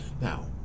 Now